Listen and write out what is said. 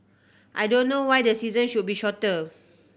I don't know why the season should be shorter